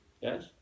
Yes